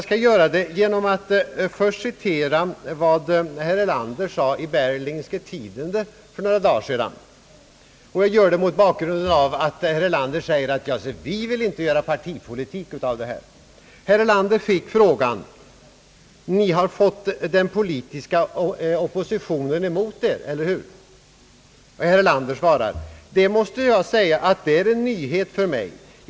Först vill jag citera vad herr Erlander sade i Berlingske Tidende för några dagar sedan — jag citerar honom mot bakgrunden av att han här förklarat: » Vi vill inte göra partipolitik av det här.» Tidningen frågade: »Ni har fått den politiska oppositionen emot er, eller hur?» Och herr Erlander svarade: »Jag måste säga att det är en nyhet för mig.